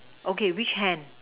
okay which hand